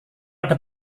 ada